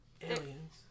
Aliens